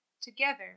Together